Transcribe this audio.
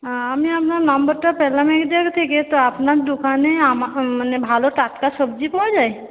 আমি আপনার নম্বরটা পেলাম থেকে তো আপনার দোকানে মানে ভালো টাটকা সবজি পাওয়া যায়